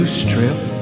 strip